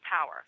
power